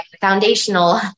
foundational